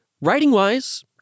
Writing-wise